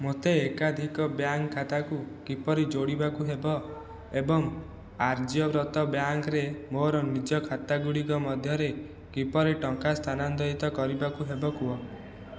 ମୋତେ ଏକାଧିକ ବ୍ୟାଙ୍କ୍ ଖାତାକୁ କିପରି ଯୋଡ଼ିବାକୁ ହେବ ଏବଂ ଆର୍ଯ୍ୟବର୍ତ ବ୍ୟାଙ୍କ୍ରେ ମୋର ନିଜ ଖାତାଗୁଡ଼ିକ ମଧ୍ୟରେ କିପରି ଟଙ୍କା ସ୍ଥାନାନ୍ତରିତ କରିବାକୁ ହେବ କୁହ